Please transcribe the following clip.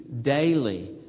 daily